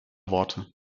worte